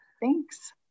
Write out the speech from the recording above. Thanks